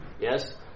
Yes